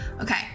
Okay